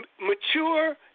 mature